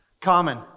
Common